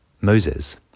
Moses